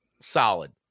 solid